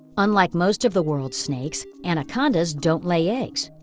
unlike most of the world's snakes, anacondas don't lay eggs.